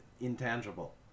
intangible